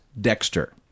Dexter